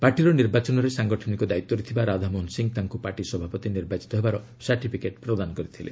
ପାର୍ଟିର ନିର୍ବାଚନରେ ସଂଗଠନ ଦାୟିତ୍ୱରେ ଥିବା ରାଧାମୋହନ ସିଂହ ତାଙ୍କୁ ପାର୍ଟି ସଭାପତି ନିର୍ବାଚିତ ହେବାର ସାର୍ଟିଫିକେଟ୍ ପ୍ରଦାନ କରିଥିଲେ